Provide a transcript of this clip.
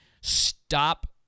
stop